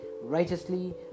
righteously